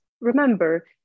remember